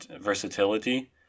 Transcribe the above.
versatility